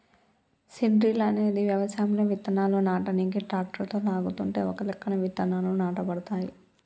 seed drill అనేది వ్యవసాయంలో విత్తనాలు నాటనీకి ట్రాక్టరుతో లాగుతుంటే ఒకలెక్కన విత్తనాలు నాటబడతాయి